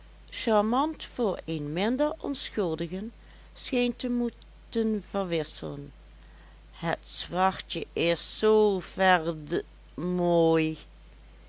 charmant voor een minder onschuldigen scheen te moeten verwisselen het zwartje is zoo verd mooi